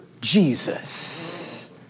Jesus